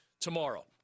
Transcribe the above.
tomorrow